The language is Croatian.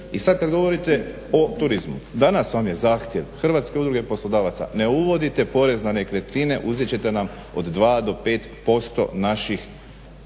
i sad kad govorite o turizmu, danas vam je zahtjev Hrvatske udruge poslodavaca ne uvodite porez na nekretnine uzet ćete nam od 2 do 5% naših